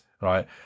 right